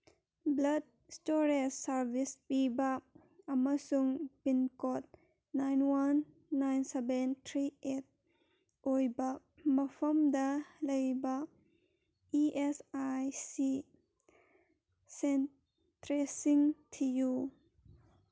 blood stores service ꯄꯤꯕ ꯑꯃꯁꯨꯡ pin code nine one nine seven three eight ꯑꯣꯏꯕ ꯃꯐꯝꯗ ꯂꯩꯕ ꯏ ꯑꯦꯁ ꯑꯥꯏ ꯁꯤ ꯁꯦꯟꯇꯔꯁꯤꯡ ꯊꯤꯌꯨ